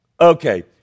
okay